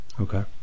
okay